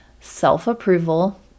Self-approval